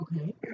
Okay